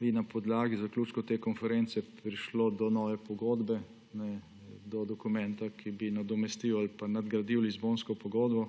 bi na podlagi zaključkov te konference prišlo do nove pogodbe, do dokumenta, ki bi nadomestil ali nadgradil Lizbonsko pogodbo,